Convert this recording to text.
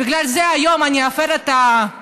בגלל זה היום אני אפר את הדיסציפלינה